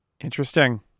Interesting